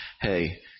hey